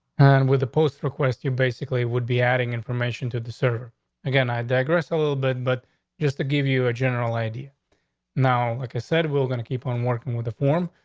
and with the post request, you basically would be adding information to the service again. i digress a little bit, but just to give you a general idea now, like i said, we're going to keep on working with the form.